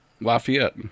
Lafayette